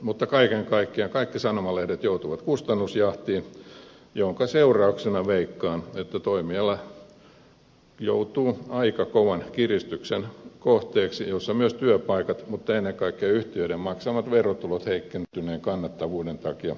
mutta kaiken kaikkiaan kaikki sanomalehdet joutuvat kustannusjahtiin jonka seurauksena veikkaan että toimiala joutuu aika kovan kiristyksen kohteeksi jossa myös työpaikat mutta ennen kaikkea yhtiöiden maksamat verotulot heikentyneen kannattavuuden takia alenevat olennaisesti